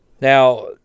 Now